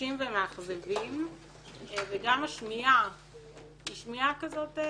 ומאכזבים וגם השמיעה היא שמיעה כזאת...